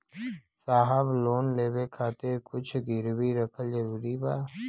साहब लोन लेवे खातिर कुछ गिरवी रखल जरूरी बा?